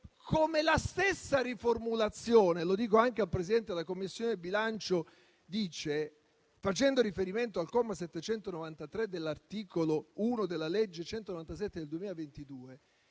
dalla stessa riformulazione - lo dico anche al Presidente della Commissione bilancio - facendo riferimento al comma 793 dell'articolo 1 della legge n. 197 del 2022,